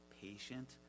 patient